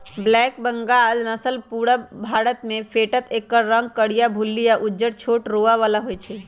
black Bengal नसल पुरुब भारतमे भेटत एकर रंग करीया, भुल्ली आ उज्जर छोट रोआ बला होइ छइ